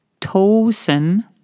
Tosen